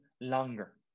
Longer